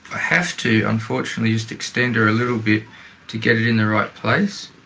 have to unfortunately just extend her a little bit to get it in the right place.